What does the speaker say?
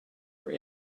were